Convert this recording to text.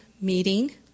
meeting